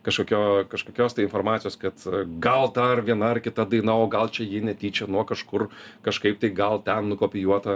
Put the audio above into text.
kažkokio kažkokios tai informacijos kad gal dar viena ar kita daina o gal čia jį netyčia nuo kažkur kažkaip tai gal ten nukopijuota